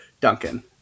Duncan